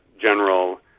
general